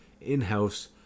in-house